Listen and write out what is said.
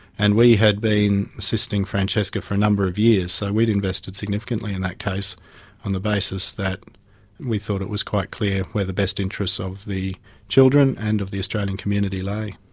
and we had been assisting francesca for a number of years, so we had invested significantly in that case on the basis that we thought it was quite clear where the best interests of the children and of the australian community lay.